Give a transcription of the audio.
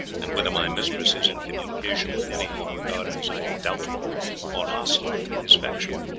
and whether my mistress is in communication with any who are regarded as either doubtful or hostile to his faction.